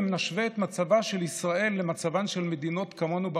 אם נשווה את מצבה של ישראל למצבן של מדינות כמונו בעולם,